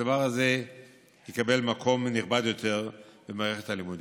הדבר הזה יקבל מקום נכבד יותר במערכת הלימודים.